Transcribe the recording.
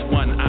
one